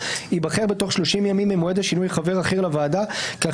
ייבחר בתוך 30 ימים ממועד השינוי חבר אחר לוועדה כך